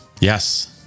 Yes